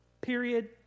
Period